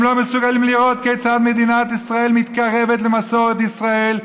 הם לא מסוגלים לראות כיצד מדינת ישראל מתקרבת למסורת ישראל,